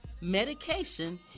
medication